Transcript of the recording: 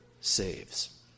saves